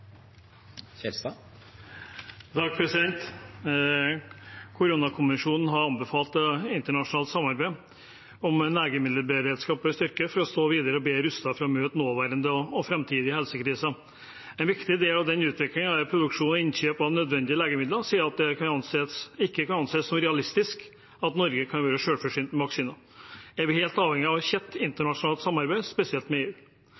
Koronakommisjonen har anbefalt at internasjonalt samarbeid om legemiddelberedskap blir styrket for i det videre å stå bedre rustet til å møte nåværende og framtidige helsekriser. En viktig del av den utviklingen er produksjon og innkjøp av nødvendige legemidler siden det ikke kan anses som realistisk at Norge kan være selvforsynt med vaksiner. Der er vi helt avhengig av tett internasjonalt samarbeid, spesielt med EU.